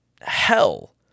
hell